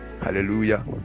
Hallelujah